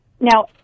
Now